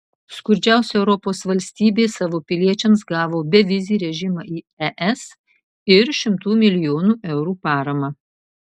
skurdžiausia europos valstybė savo piliečiams gavo bevizį režimą į es ir šimtų milijonų eurų paramą